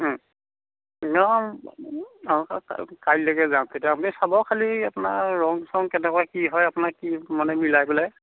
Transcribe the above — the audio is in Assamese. ও নহয় অ কাইলৈকে যাওঁ তেতিয়া আপুনি চাব খালি আপোনাৰ ৰং চং কেনেকুৱা কি হয় আপোনাৰ কি মানে মিলাই পেলাই